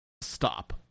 stop